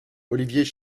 olivier